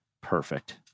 Perfect